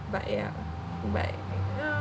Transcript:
but ya but you know